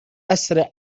أسرع